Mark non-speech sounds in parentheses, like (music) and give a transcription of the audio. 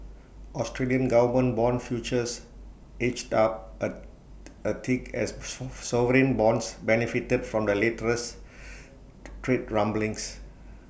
Australian government Bond futures edged up A a tick as (unintelligible) sovereign bonds benefited from the latest trade rumblings